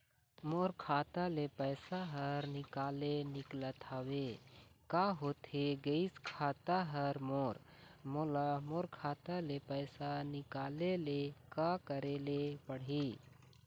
मोर खाता ले पैसा हर निकाले निकलत हवे, का होथे गइस खाता हर मोर, मोला मोर खाता ले पैसा निकाले ले का करे ले पड़ही?